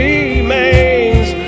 Remains